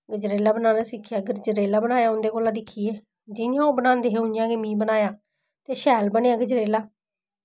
गजरेला बनाना सिक्खेआ ते फ्ही गजरेला बनाया उंदे कोला सिक्खियै जि'यां ओह् बनांदे हे इ'यां गै में बनाया ते शैल बनेआ गजरेला